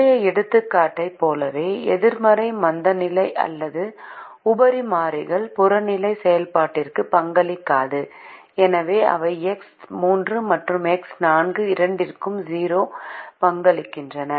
முந்தைய எடுத்துக்காட்டைப் போலவே எதிர்மறை மந்தநிலை அல்லது உபரி மாறிகள் புறநிலை செயல்பாட்டிற்கு பங்களிக்காது எனவே அவை எக்ஸ் 3 மற்றும் எக்ஸ் 4 இரண்டிற்கும் 0 பங்களிக்கின்றன